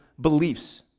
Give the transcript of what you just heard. beliefs